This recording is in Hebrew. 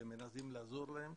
ומנסים לעזור להם.